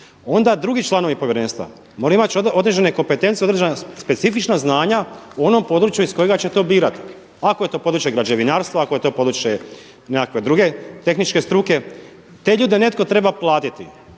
onda drugi članovi povjerenstva moraju imati određene kompetencije, određena specifična znanja u onom području iz kojega će to birati. Ako je to područje građevinarstva, ako je to područje nekakve druge tehničke struke te ljude netko treba platiti.